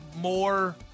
more